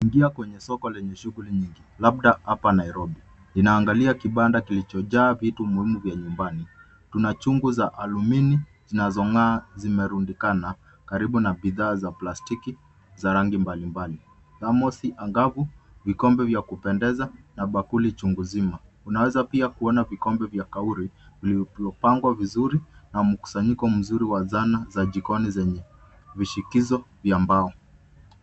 Ingia kwenye soko lenye shughuli nyingi, labda hapa Nairobi. Linaangalia kibanda kilichojaa vitu muhimu vya nyumbani. Tuna chungu za alumini, zinazong'aa zimerundikana, karibu na bidhaa za plastiki za rangi mbalimbali. Thermosi angavu, vikombe vya kupendeza, na bakuli chungu nzima. Unaweza pia kuona vikombe vya kauri, vilivyopangwa vizuri, na mkusanyiko mzuri wa zana za jikoni zenye, vishikizo vya mbao.